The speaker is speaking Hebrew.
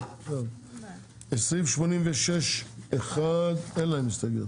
סעיף 86 1 אין להם הסתייגויות?